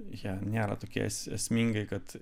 jie nėra tokie es esmingai kad